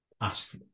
ask